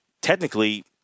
technically